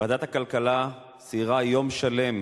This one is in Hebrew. ועדת הכלכלה סיירה יום שלם,